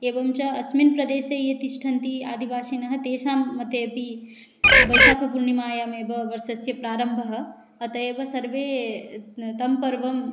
एवं च अस्मिन् प्रदेशे ये तिष्ठन्ति आदिवासिनः तेषां मते अपि वैशाखपूर्णिमायामेव वर्षस्य प्रारम्भः अतः एव सर्वे तं पर्व